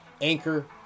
anchor